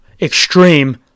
extreme